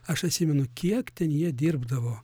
aš atsimenu kiek ten jie dirbdavo